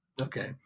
Okay